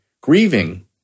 grieving